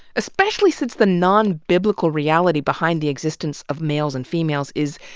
especially since the non-biblical reality behind the existence of males and females is,